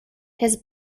his